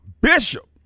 bishop